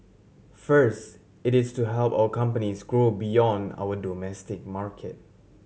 first it is to help our companies grow beyond our domestic market